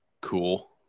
Cool